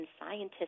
scientists